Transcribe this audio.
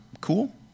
cool